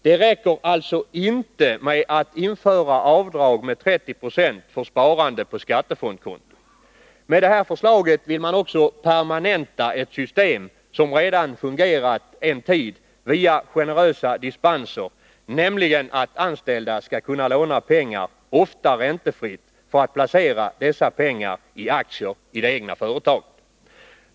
Det räcker alltså inte med att införa avdrag med 30 96 för sparande på skattefondskonto. Med det här förslaget vill man också permanenta ett system som redan fungerat en tid via generösa dispenser, nämligen att anställda skall kunna låna pengar — ofta räntefritt — för att placera dessa pengar i aktier i det egna företaget.